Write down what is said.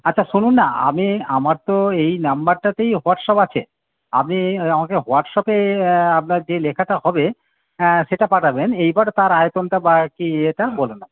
আচ্ছা শোনো না আমি আমার তো এই নম্বরটাতেই হোয়াটসআপ আছে আপনি আমাকে হোয়াটসআপে আপনার যে লেখাটা হবে সেটা পাঠাবেন এইবার তার আয়তনটা বা কী এটা বলে নেন